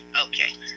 okay